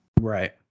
right